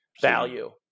value